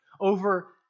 over